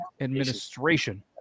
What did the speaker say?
Administration